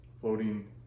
floating